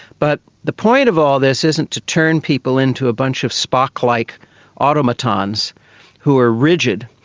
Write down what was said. but the point of all this isn't to turn people into a bunch of spock-like automatons who are rigid.